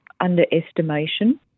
underestimation